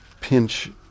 pinch